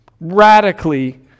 radically